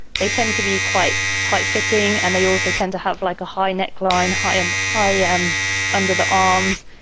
they tend to be quite tight-fitting and they also tend to have like a high neckline, high and high um under the arms.